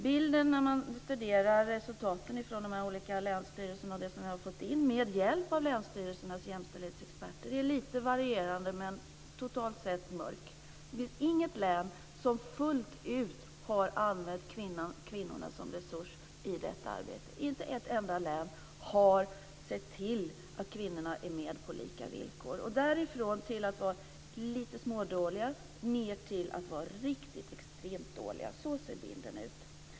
Bilden av resultaten från de olika länsstyrelserna och det som vi har fått in med hjälp av länsstyrelsernas jämställdhetsexperter är lite varierande, men totalt sett mörk. Det finns inget län som fullt ut har använt kvinnorna som resurs i detta arbete. Inte ett enda län har sett till att kvinnorna är med på lika villkor. Bilden är alltifrån att de är lite smådåliga ned till riktigt extremt dåliga.